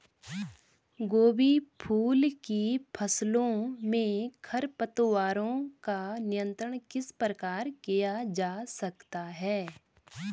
गोभी फूल की फसलों में खरपतवारों का नियंत्रण किस प्रकार किया जा सकता है?